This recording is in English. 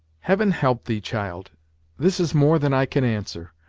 heaven help thee, child this is more than i can answer.